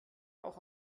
auch